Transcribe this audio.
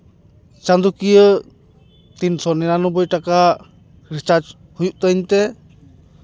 ᱪᱟᱸᱫᱳᱠᱤᱭᱟᱹ ᱛᱤᱱ ᱥᱚ ᱱᱤᱨᱟᱱᱳᱵᱽᱵᱳᱭ ᱴᱟᱠᱟ ᱨᱤᱪᱟᱨᱡᱽ ᱦᱩᱭᱩᱜ ᱛᱤᱧ ᱛᱮ